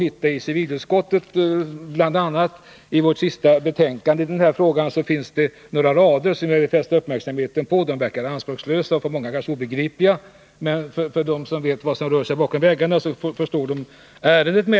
I civilutskottets betänkande 1980/81:7 på s. 5 finns det några rader som jag vill fästa uppmärksamheten på. Dessa rader verkar anspråkslösa och för många kanske också obegripliga. Men de som vet vad som rör sig bakom kulisserna förstår ärendet.